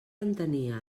entenia